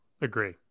Agree